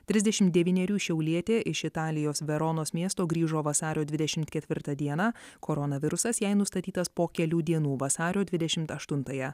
trisdešimt devynerių šiaulietė iš italijos veronos miesto grįžo vasario dvidešimt ketvirtą dieną koronavirusas jai nustatytas po kelių dienų vasario dvidešimt aštuntąją